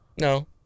No